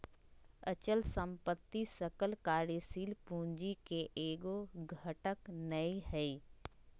अचल संपत्ति सकल कार्यशील पूंजी के एगो घटक नै हइ